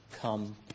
come